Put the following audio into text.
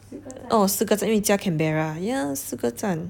oh 四个站因为你家 canberra yes 四个站